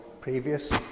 previous